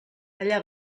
allà